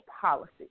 policy